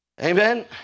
Amen